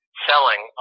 selling